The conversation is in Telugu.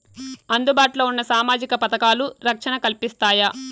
అందుబాటు లో ఉన్న సామాజిక పథకాలు, రక్షణ కల్పిస్తాయా?